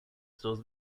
sus